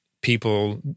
People